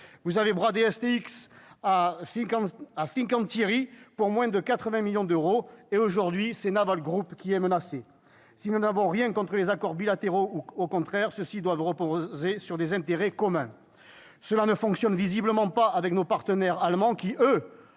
Vous avez bradé STX à Fincantieri pour moins de 80 millions d'euros. Aujourd'hui, c'est Naval Group qui est menacé. Si nous n'avons rien, bien au contraire, contre des accords bilatéraux, ceux-ci doivent reposer sur des intérêts communs. Cela ne fonctionne pas avec nos partenaires allemands, qui, eux,